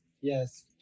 Yes